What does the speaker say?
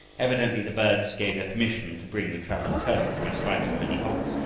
evidently the birds gave their permission to bring the travelers home, for in spite of many halts,